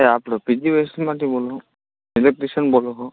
એ આપણે P G એસમાંથી બોલો ઇલેક્ટ્રિશિયન બોલો છો